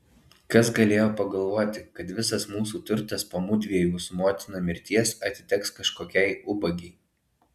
kas galėjo pagalvoti kad visas mūsų turtas po mudviejų su motina mirties atiteks kažkokiai ubagei